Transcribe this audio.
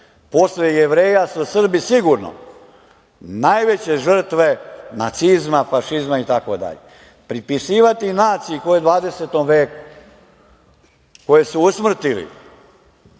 Posle Jevreja su Srbi sigurno najveće žrtve nacizma, fašizma itd. Pripisivati naciji koja je u 20. veku, koji su usmrtili